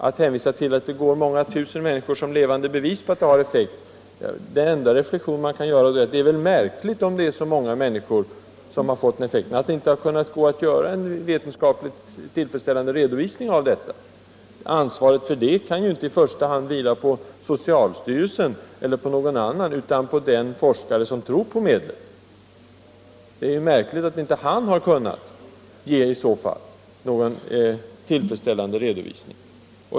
Det hänvisas till att många tusen människor går som levande bevis på att THX har effekt. I så fall är det märkligt att inte någon vetenskapligt tillfredsställande redovisning av detta har kunnat göras. Ansvaret för det vilar inte i första hand på socialstyrelsen, utan på den forskare som tror på medlet. Det är märkligt att han inte har kunnat ge någon tillfredsställande redovisning.